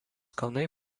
kalnai